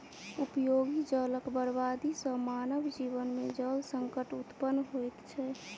उपयोगी जलक बर्बादी सॅ मानव जीवन मे जल संकट उत्पन्न होइत छै